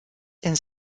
and